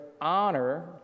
honor